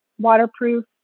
waterproof